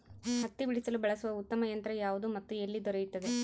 ಹತ್ತಿ ಬಿಡಿಸಲು ಬಳಸುವ ಉತ್ತಮ ಯಂತ್ರ ಯಾವುದು ಮತ್ತು ಎಲ್ಲಿ ದೊರೆಯುತ್ತದೆ?